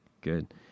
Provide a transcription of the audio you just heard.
good